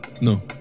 No